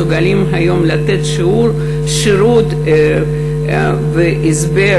מסוגלים היום לתת שירות והסבר